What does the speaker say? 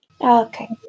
Okay